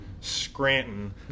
Scranton